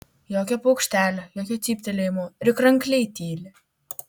jokio paukštelio jokio cyptelėjimo ir krankliai tyli